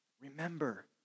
Remember